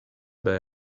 back